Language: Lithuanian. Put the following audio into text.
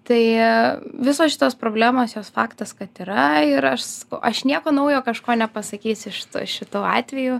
tai visos šitos problemos jos faktas kad yra ir aš sakau aš nieko naujo kažko nepasakysiu šitu šitu atveju